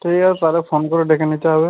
ঠিক আছে তালে ফোন করে ডেকে নিতে হবে